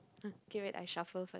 okay wait I shuffle first